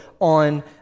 on